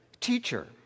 Teacher